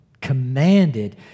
commanded